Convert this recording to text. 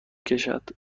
کشد